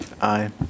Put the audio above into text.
Aye